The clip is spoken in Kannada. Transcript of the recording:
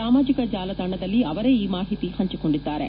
ಸಾಮಾಜಕ ಜಾಲತಾಣದಲ್ಲಿ ಅವರೇ ಈ ಮಾಹಿತಿ ಹಂಚಿಕೊಂಡಿದ್ದಾರೆ